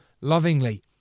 lovingly